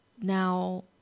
Now